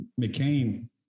McCain